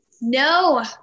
no